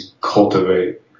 cultivate